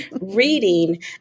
Reading